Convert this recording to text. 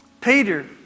Peter